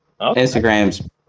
Instagram's